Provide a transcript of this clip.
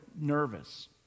nervous